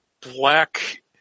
black